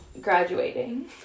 graduating